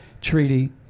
treaty